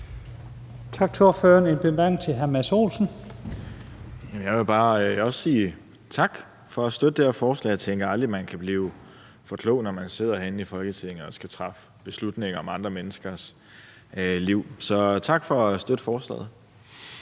Mads Olsen. Kl. 18:44 Mads Olsen (SF): Jeg vil også bare sige tak for at støtte det her forslag. Jeg tænker, man aldrig kan blive for klog, når man sidder herinde i Folketinget og skal træffe beslutninger om andre menneskers liv. Så tak for at støtte forslaget.